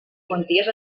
quanties